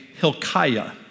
Hilkiah